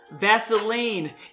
Vaseline